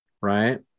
Right